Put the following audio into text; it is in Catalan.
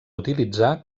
utilitzar